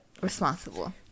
Responsible